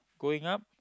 growing up